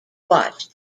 watched